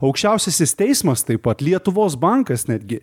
aukščiausiasis teismas taip pat lietuvos bankas netgi